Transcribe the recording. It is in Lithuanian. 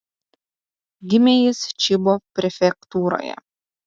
gimė jis čibo prefektūroje